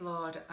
Lord